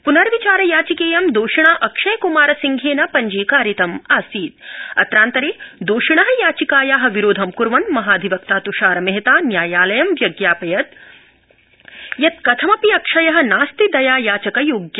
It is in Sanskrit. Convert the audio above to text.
पुनर्विचार याचिकेयं दोषिणा अक्षय क्मार सिंहेन पञ्जीकारितमासीत् अत्रान्तरे दोषिण याचिकाया विरोधं क्र्वन् महाधिवक्ता तृषार मेहता न्यायालयं व्यज्ञापयद् यत् कथमपि अक्षय नास्ति दया याचक योग्य